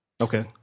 Okay